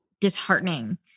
disheartening